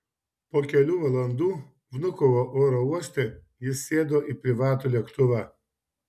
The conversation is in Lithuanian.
po kelių valandų vnukovo oro uoste jis sėdo į privatų lėktuvą